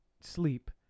sleep